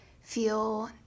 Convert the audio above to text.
feel